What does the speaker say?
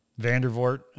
Vandervoort